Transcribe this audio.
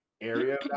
area